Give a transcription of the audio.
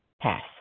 Pass